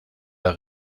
der